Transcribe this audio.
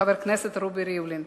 חבר הכנסת רובי ריבלין,